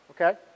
okay